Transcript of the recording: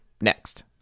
next